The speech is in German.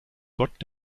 gott